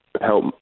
help